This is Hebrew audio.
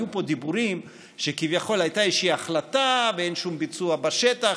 היו פה דיבורים שכביכול הייתה איזושהי החלטה ואין שום ביצוע בשטח.